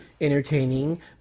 entertaining